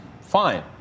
fine